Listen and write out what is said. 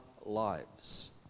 lives